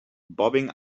bobbing